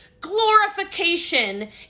glorification